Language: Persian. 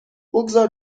بگذار